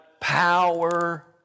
power